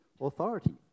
authority